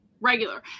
regular